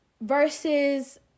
Versus